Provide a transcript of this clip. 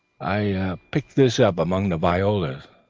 i picked this up among the violas.